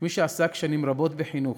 כמי שעסק שנים רבות בחינוך,